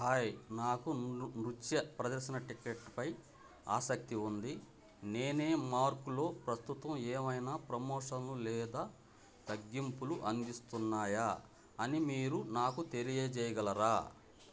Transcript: hi నాకు నృత్య ప్రదర్శన టిక్కెట్పై ఆసక్తి ఉంది నేనే మార్క్లో ప్రస్తుతం ఏవైనా ప్రమోషన్లు లేదా తగ్గింపులు అందిస్తున్నాయా అని మీరు నాకు తెలియజేయగలరా